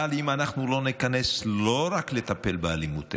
אבל אם אנחנו לא ניכנס לא רק לטפל באלימות,